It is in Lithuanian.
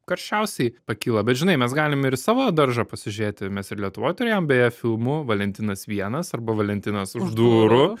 karščiausiai pakyla bet žinai mes galim į savo daržą pasižiūrėti mes ir lietuvoj turėjom beje filmų valentinas vienas arba valentinas už durų